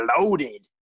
loaded